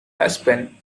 husband